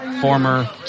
former